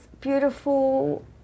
beautiful